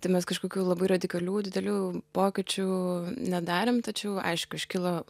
tai mes kažkokių labai radikalių didelių pokyčių nedarėm tačiau aišku iškilo